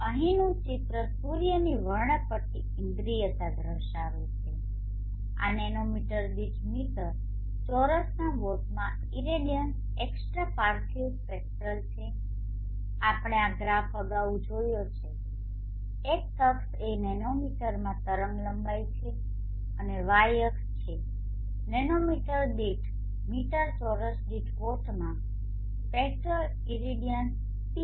અહીંનું ચિત્ર સૂર્યની વર્ણપટ્ટી ઇન્દ્રિયતા દર્શાવે છે આ નેનોમીટર દીઠ મીટર ચોરસના વોટમાં ઇરેડિયન્સમાં એક્સ્ટ્રા પાર્થિવ સ્પેક્ટ્રલ છે આપણે આ ગ્રાફ અગાઉ જોયો છે એક્સ અક્ષ એ નેનોમીટરમાં તરંગલંબાઇ છે અને વાય અક્ષ છે નેનોમીટર દીઠ મીટર ચોરસ દીઠ વોટમાં સ્પેક્ટરલ ઇરેડિયન્સ પી